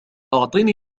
أعطني